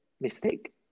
mistake